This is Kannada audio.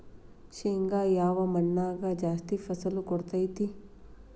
ಶೇಂಗಾ ಯಾವ ಮಣ್ಣಾಗ ಜಾಸ್ತಿ ಫಸಲು ಕೊಡುತೈತಿ?